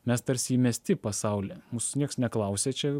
mes tarsi įmesti į pasaulį mūsų nieks neklausia čia